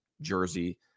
jersey